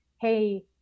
hey